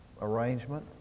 arrangement